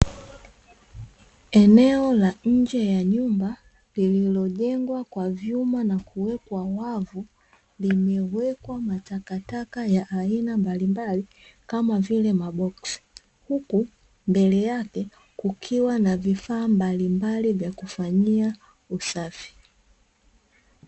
Eneo la nje ya nyumba lililojengwa kwa vyuma na kuwekwa wavu, limewekwa takataka ya aina mbalimbali kama vile maboksi, huku mbele yake kukiwa na vifaa mbalimbali vya kufanyia usafi.